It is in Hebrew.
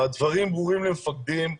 הדברים ברורים למפקדים,